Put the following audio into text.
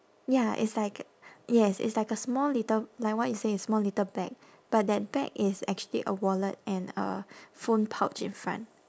ya it's like yes it's like a small little like what you say it's small little bag but that bag is actually a wallet and a phone pouch in front